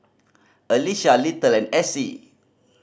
Alecia Little and Essie